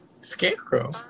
Scarecrow